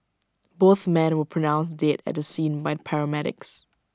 both men were pronounced dead at the scene by paramedics